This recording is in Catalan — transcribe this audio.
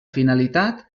finalitat